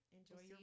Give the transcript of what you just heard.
Enjoy